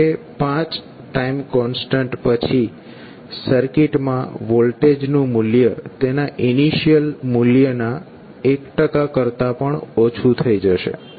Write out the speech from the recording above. કારણકે 5 time constant પછી સર્કિટમાં વોલ્ટેજ નું મૂલ્ય તેના ઇનિશિયલ મૂલ્યના 1 કરતા પણ ઓછું થઈ જશે